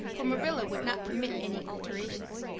for marilla would not permit any alterations.